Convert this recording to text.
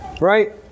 right